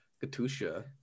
Katusha